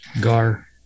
gar